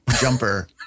jumper